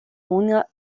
una